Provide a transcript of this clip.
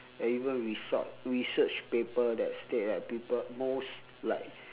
and even rese~ research paper that state that people most like